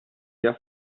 der